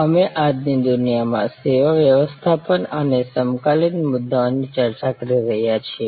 અમે આજની દુનિયામાં સેવા વ્યવસ્થાપન અને સમકાલીન મુદ્દાઓની ચર્ચા કરી રહ્યા છીએ